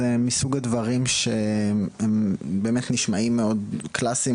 זה מסוג הדברים שבאמת נשמעים מאוד קלאסיים,